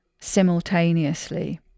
simultaneously